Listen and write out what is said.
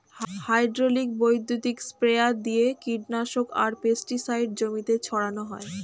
hydraulic বৈদ্যুতিক sprayer দিয়ে কীটনাশক আর পেস্টিসাইড জমিতে ছড়ান হয়